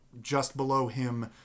just-below-him